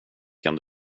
kan